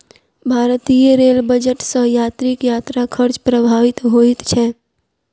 भारतीय रेल बजट सॅ यात्रीक यात्रा खर्च प्रभावित होइत छै